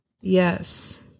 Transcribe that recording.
Yes